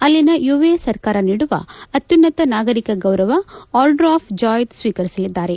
ಅಲ್ಲಿನ ಯುಎ ಸರ್ಕಾರ ನೀಡುವ ಅತ್ಯುನ್ನತ ನಾಗರಿಕ ಗೌರವ ಆರ್ಡರ್ ಆಫ್ ಜಾಯದ್ ಸ್ವೀಕರಿಸಲಿದ್ದಾರೆ